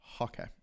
Okay